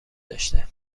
داشته